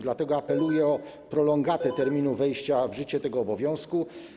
Dlatego apeluję o prolongatę terminu wejścia w życie tego obowiązku.